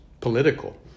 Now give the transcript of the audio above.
political